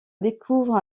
découvre